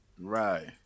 Right